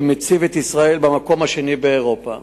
שמציב את ישראל במקום השני באירופה.